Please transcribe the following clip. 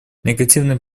негативные